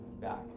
back